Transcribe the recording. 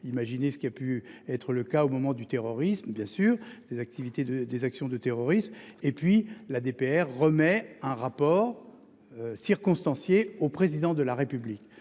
Imaginez ce qui a pu être le cas au moment du terrorisme. Bien sûr, les activités de des actions de terrorisme et puis la DPR remet un rapport. Circonstancié au président de la République,